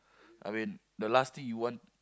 I mean the last thing you want